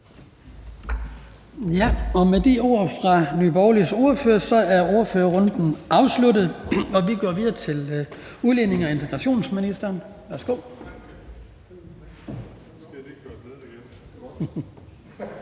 Med de ord fra Nye Borgerliges ordfører er ordførerrækken afsluttet, og vi går videre til udlændinge- og integrationsministeren. Værsgo.